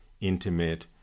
intimate